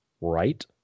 Right